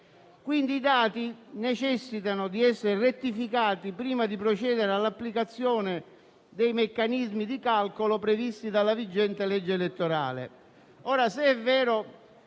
I dati necessitano quindi di essere rettificati prima di procedere all'applicazione dei meccanismi di calcolo previsti dalla vigente legge elettorale.